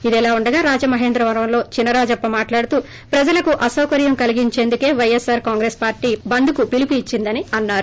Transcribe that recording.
ఇదిలా ఉండగా రాజమహేంద్రవరంలో చినరాజప్ప మాట్లాడుతూ ప్రజలకు అసౌకర్యం కలిగించేందుకే వైఎస్సార్ కాంగ్రెస్ పార్టీ బంద్ పిలుపు ఇచ్సిందని అన్నారు